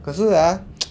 可是 ah